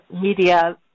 media